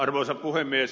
arvoisa puhemies